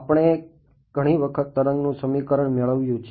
આપણે ઘણી વખત તરંગનું સમીકરણ મેળવ્યું છે